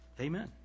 Amen